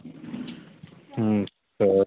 sir